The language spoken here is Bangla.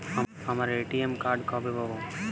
আমার এ.টি.এম কার্ড কবে পাব?